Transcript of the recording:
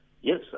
yes